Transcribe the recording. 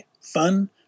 fun